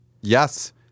Yes